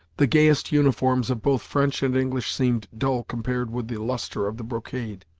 the gayest uniforms of both french and english seemed dull compared with the lustre of the brocade,